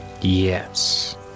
Yes